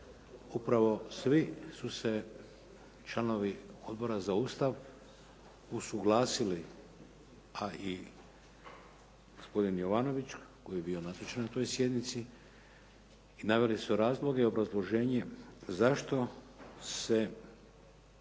upravo svi su se članovi Odbora za Ustav usuglasili, a i gospodin Jovanović koji je bio nazočan na toj sjednici i naveli su razloge i obrazloženje zašto se